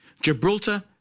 Gibraltar